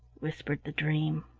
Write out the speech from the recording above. whispered the dream.